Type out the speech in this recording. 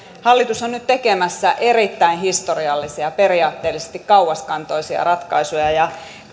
hallitus on nyt tekemässä erittäin historiallisia periaatteellisesti kauaskantoisia ratkaisuja ja